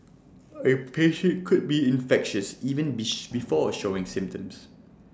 A patient could be infectious even before showing symptoms